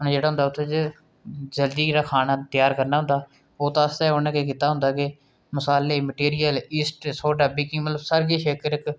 जेह्ड़ा होंदा उत्थै ते जल्दी जेह्ड़ा खाना त्यार करना होंदा उत्त आस्तै उ'न्नै केह् कीते दा होंदा केह् मसाले मटीरियल इस्ट सोह्डा बेकिंग मतलब सारा किश इक र इक